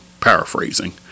paraphrasing